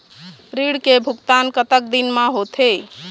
ऋण के भुगतान कतक दिन म होथे?